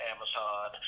Amazon